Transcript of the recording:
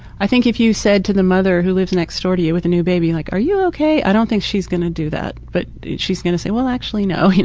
i think if you've said to the mother who lives next door to you with a new baby, like, are you ok? i don't think she's going to do that, but she's going to say, well, actually no.